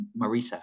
Marisa